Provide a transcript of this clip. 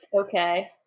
Okay